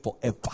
forever